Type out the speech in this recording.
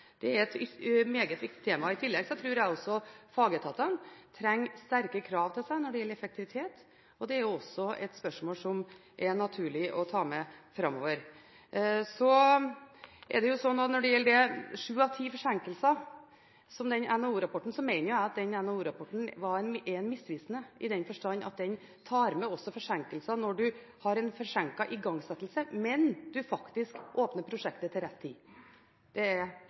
er et meget viktig tema. I tillegg tror jeg at fagetatene trenger sterke krav stilt til seg når det gjelder effektivitet. Det er også et spørsmål det er naturlig å ta med framover. Når det så gjelder sju av ti forsinkelser, som NHO-rapporten nevner, mener jeg at den NHO-rapporten er misvisende, i den forstand at den også tar med forsinkelser når man har å gjøre med forsinket igangsettelse, men man åpner prosjektet til rett tid. Det er